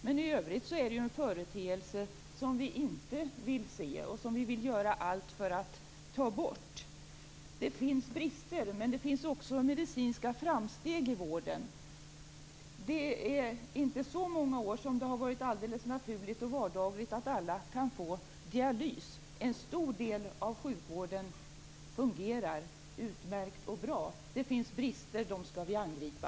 I övrigt är det en företeelse som vi inte vill se och som vi vill göra allt för att ta bort. Det finns brister, men det finns också medicinska framsteg i vården. Det är inte så många år som det har varit alldeles naturligt och vardagligt att alla kan få dialys. En stor del av sjukvården fungerar utmärkt. Det finns brister. Dem skall vi angripa.